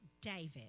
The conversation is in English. David